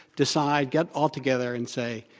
decide get all together and say,